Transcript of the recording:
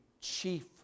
chief